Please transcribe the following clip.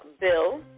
bill